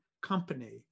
company